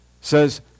says